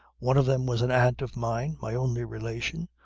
one of them was an aunt of mine, my only relation,